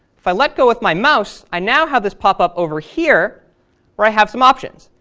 if i let go with my mouse i now have this popup over here where i have some options.